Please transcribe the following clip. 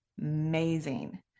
amazing